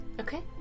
Okay